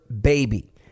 baby